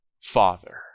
Father